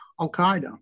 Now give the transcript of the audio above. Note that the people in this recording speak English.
al-Qaeda